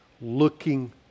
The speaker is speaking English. looking